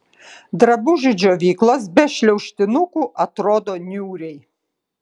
drabužių džiovyklos be šliaužtinukų atrodo niūriai